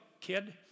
kid